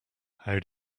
how